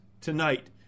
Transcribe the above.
tonight